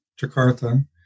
Jakarta